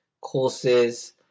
courses